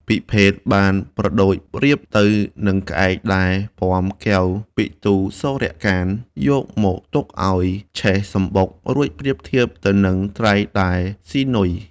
ពិភេកបានប្រដូចរាពណ៍ទៅ នឹងក្អែកដែលពាំកែវពិទូរសូរ្យកាន្ត យកមកទុកឱ្យឆេះសម្បុក រួចប្រៀបធៀបទៅនឹងត្រីដែលស៊ីនុយ។